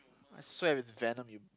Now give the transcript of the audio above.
I swear it's venom